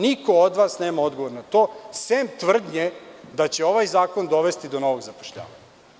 Niko od vas nema odgovor na to, sem tvrdnje da će ovaj zakon dovesti do novog zapošljavanja.